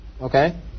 Okay